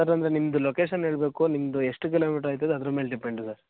sir ಅಂದರೆ ನಿಮ್ಮದು location ಹೇಳ್ಬೇಕು ನಿಮ್ಮದು ಎಷ್ಟು ಕಿಲೋಮೀಟರ್ ಆಯ್ತದ್ ಅದ್ರ ಮೇಲೆ ಡಿಪೆಂಡು ಸರ್